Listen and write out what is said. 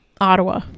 ottawa